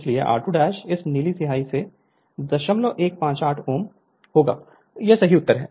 इसलिए r2 इस नीली स्याही से 0158 ओम होगा यह सही उत्तर है